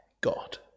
God